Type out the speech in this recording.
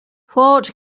fort